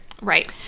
Right